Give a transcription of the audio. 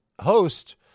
host